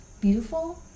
beautiful